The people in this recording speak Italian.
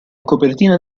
copertina